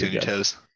toes